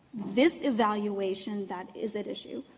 this evaluation that is at issue,